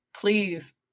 Please